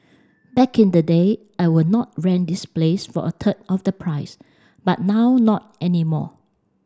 back in the day I would not rent this place for a third of the price but now not anymore